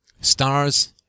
Stars